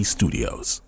Studios